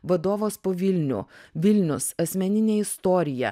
vadovas po vilnių vilnius asmeninė istorija